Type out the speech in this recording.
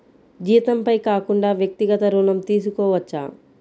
జీతంపై కాకుండా వ్యక్తిగత ఋణం తీసుకోవచ్చా?